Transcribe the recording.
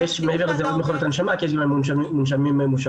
מעבר לזה יש עוד מכונות הנשמה כי יש גם מונשמים ממושכים,